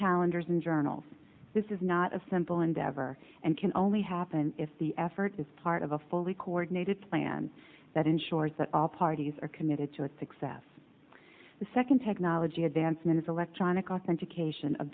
calendars and journals this is not a simple endeavor and can only happen if the effort is part of a fully coordinated plan that ensures that all parties are committed to success the second technology advancements electronic authentication